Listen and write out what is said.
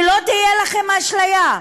שלא תהיה לכם אשליה.